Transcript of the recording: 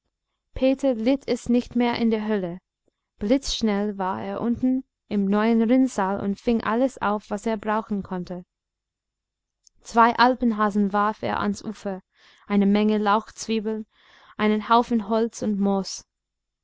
peter litt es nicht mehr in der höhle blitzschnell war er unten im neuen rinnsal und fing alles auf was er brauchen konnte zwei alpenhasen warf er ans ufer eine menge lauchzwiebeln einen haufen holz und moos